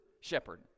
shepherd